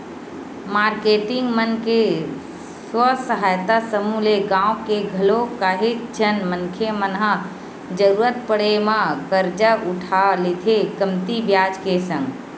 marketing मन के स्व सहायता समूह ले गाँव के घलोक काहेच झन मनखे मन ह जरुरत पड़े म करजा उठा लेथे कमती बियाज के संग